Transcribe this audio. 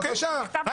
לא,